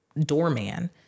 doorman